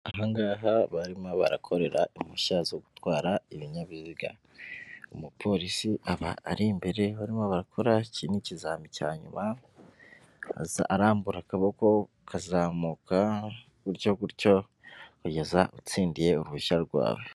Aha ngaha barimo barakorera impushya zo gutwara ibinyabiziga, umupolisi aba ari imbere barimo abakora icyi ni ikizazami cya nyuma, araza arambura akaboko ukazamuka gutyo gutyo kugeza utsindiye uruhushya rwawe.